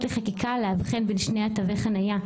לחקיקה להבחין בין שני תווי החניה,